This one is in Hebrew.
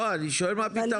לא, אני שואל מה הפתרון?